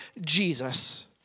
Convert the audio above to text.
Jesus